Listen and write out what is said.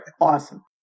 Awesome